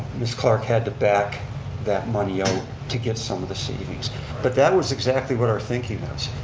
ms. clark had to back that money out to get some of the savings but that was exactly what our thinking was.